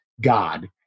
God